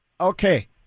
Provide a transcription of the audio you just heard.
Okay